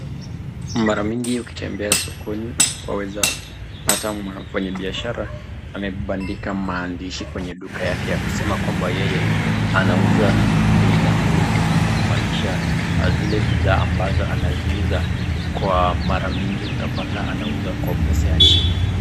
Mara nyingi ukitembea sokoni, waweza pata wafanyi biashara wamebandika maandishi kwenye duka yake ya kusema kwamba yeye anauza bei nafuu, hii ni kumaanisha zile bidhaa ambazo anaziuza kwa mara mingi utapata anauza kwa pesa ya chini.